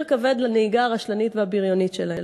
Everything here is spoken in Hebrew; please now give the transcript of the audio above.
כבד לנהיגה הרשלנית והבריונית שלהם.